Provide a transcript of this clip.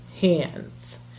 hands